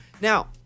Now